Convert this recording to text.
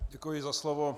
Děkuji za slovo.